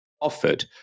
offered